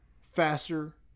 faster